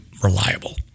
reliable